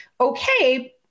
okay